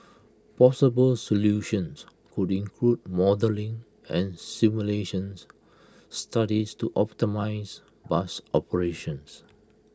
possible solutions could include modelling and simulations studies to optimise bus operations